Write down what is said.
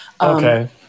Okay